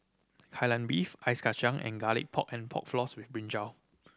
Kai Lan Beef ice kacang and Garlic Pork and Pork Floss with brinjal